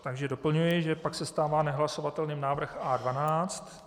Takže doplňuji, že pak se stává nehlasovatelným návrh A12.